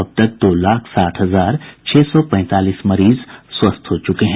अब तक दो लाख साठ हजार छह सौ पैंतालीस मरीज स्वस्थ हो च्रके हैं